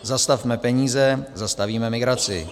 Zastavme peníze zastavíme migraci!